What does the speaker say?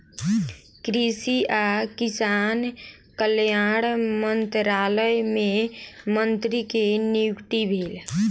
कृषि आ किसान कल्याण मंत्रालय मे मंत्री के नियुक्ति भेल